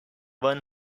one